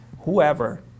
whoever